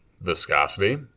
viscosity